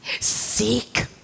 seek